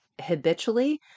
habitually